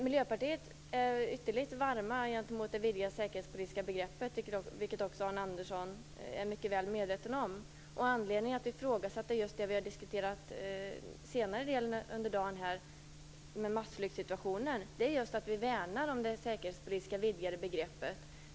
Miljöpartiet är ytterligt varmt gentemot det vidgade säkerhetspolitiska begreppet, vilket också Arne Andersson är mycket väl medveten om. Anledningen till att vi ifrågasätter det vi har diskuterat nu senast när det gäller massflyktssituationen är just att vi värnar om det vidgade säkerhetspolitiska begreppet.